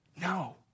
No